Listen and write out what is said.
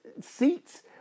seats